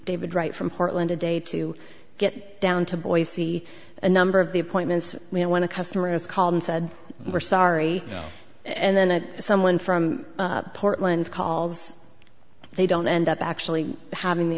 david wright from portland today to get down to boise a number of the appointments and when a customer has called and said we're sorry and then someone from portland calls they don't end up actually having the